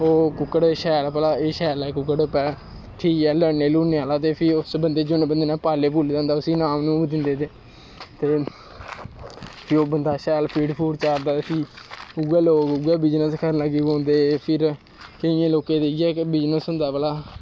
ओह् शैल भला एह् शैल ऐ कुक्कड़ ठीक ऐ लड़ने लुड़ने आह्ला ते फिर जिस बंदे नै पाले दा होंदा उस्सी इनाम दिंदे ते फिर फ्ही ओह् बंदा शैल फीड फूड चाढ़दा उस्सी उ'ऐ लोग उ'ऐ बिजनस करन लगी पौंदे फिर केइयें लोकें दा इ'यै बिजनस होंदा भला